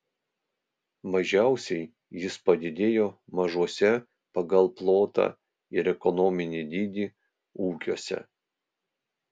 mažiausiai jis padidėjo mažuose pagal plotą ir ekonominį dydį ūkiuose